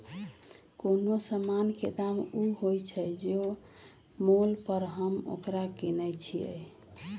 कोनो समान के दाम ऊ होइ छइ जे मोल पर हम ओकरा किनइ छियइ